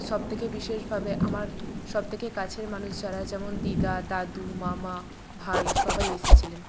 সব থেকে বিশেষভাবে আমার সব থেকে কাছের মানুষ যারা যেমন দিদা দাদু মামা ভাই সবাই এসেছিলেন